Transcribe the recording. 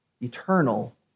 eternal